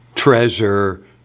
Treasure